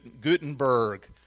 Gutenberg